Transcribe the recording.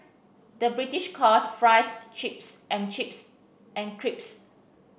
the British calls fries chips and chips and crisps